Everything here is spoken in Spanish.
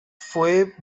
fue